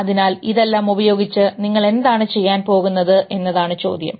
അതിനാൽ ഇതെല്ലാം ഉപയോഗിച്ച് നിങ്ങൾ എന്താണ് ചെയ്യാൻ പോകുന്നത് എന്നതാണ് ചോദ്യം